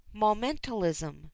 momentalism